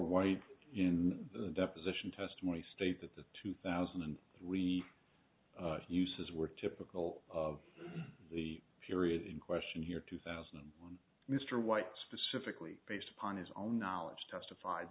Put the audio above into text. why in the deposition testimony states that the two thousand and we use is were typical of the period in question here two thousand and one mr white specifically based upon his own knowledge testified